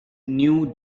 new